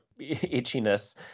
itchiness